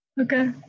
Okay